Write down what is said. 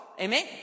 Amen